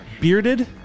Bearded